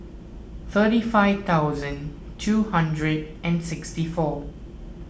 thirty five thousand two hundred and sixty four